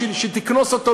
בשביל שלא תקנוס אותו,